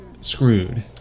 screwed